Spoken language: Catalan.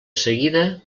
seguida